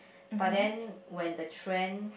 but then when the trend